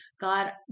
God